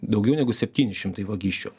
daugiau negu septyni šimtai vagysčių